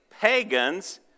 pagans